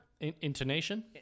Intonation